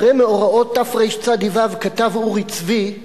אחרי מאורעות תרצ"ו, כתב אורי צבי: